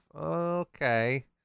okay